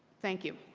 thank you.